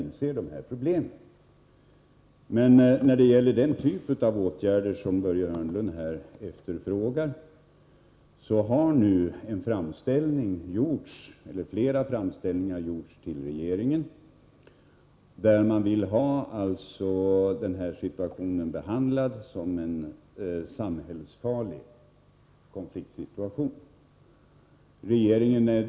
När det gäller den typ av åtgärder som Börje Hörnlund här efterfrågar vill jag säga att flera framställningar har gjorts till regeringen om att få den här situationen behandlad som en samhällsfarlig konfliktsituation.